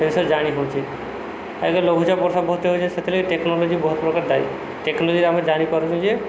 ସେ ବିଷୟରେ ଜାଣି ହେଉଛି ଆଜିକାଲି ଲଘୁଚାପ ବର୍ଷା ବହୁତ ହେଉଛି ସେଥିଲାଗି ଟେକ୍ନୋଲୋଜି ବହୁତ ପ୍ରକାର ଦାୟୀ ଟେକ୍ନୋଲୋଜି ଦ୍ୱାରା ଆମେ ଜାଣିପାରୁଛ ଯେ